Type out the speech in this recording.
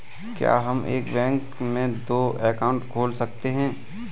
क्या हम एक बैंक में दो अकाउंट खोल सकते हैं?